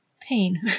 pain